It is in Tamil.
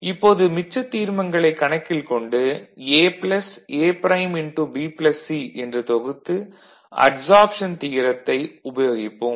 இப்போது மிச்ச தீர்மங்களைக் கணக்கில் கொண்டு A A'BC என்று தொகுத்து அட்சார்ப்ஷன் தியரத்தை உபயோகிப்போம்